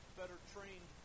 better-trained